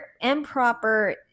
improper